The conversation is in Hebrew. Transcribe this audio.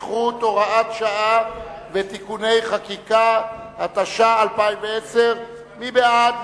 (הוראת שעה ותיקון חקיקה), התש"ע 2010, מי בעד?